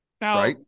Now